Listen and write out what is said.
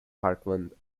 parkland